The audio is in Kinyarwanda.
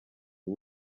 w’u